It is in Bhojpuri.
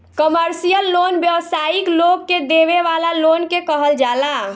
कमर्शियल लोन व्यावसायिक लोग के देवे वाला लोन के कहल जाला